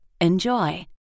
Enjoy